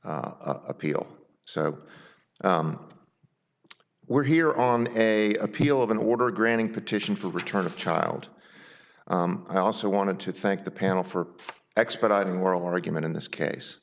the appeal so we're here on a appeal of an order granting petition for return of child i also wanted to thank the panel for expediting moral argument in this case